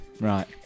Right